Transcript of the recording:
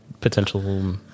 potential